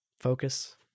focus